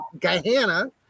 Guyana